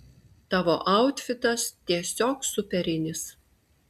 tavo autfitas tiesiog superinis